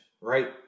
right